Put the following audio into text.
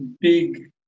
big